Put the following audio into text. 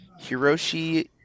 Hiroshi